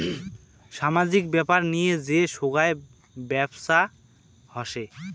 সামাজিক ব্যাপার নিয়ে যে সোগায় ব্যপছা হসে